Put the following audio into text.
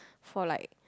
for like